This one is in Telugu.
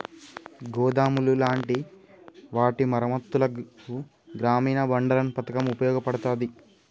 గోదాములు లాంటి వాటి మరమ్మత్తులకు గ్రామీన బండారన్ పతకం ఉపయోగపడతాది